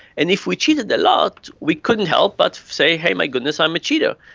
and if we cheated a lot we couldn't help but say, hey, my goodness, i'm a cheater.